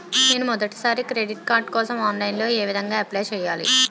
నేను మొదటిసారి credit card కోసం ఆన్లైన్ లో ఏ విధంగా అప్లై చేయాలి?